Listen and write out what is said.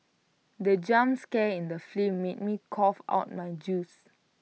the jump scare in the film made me cough out my juice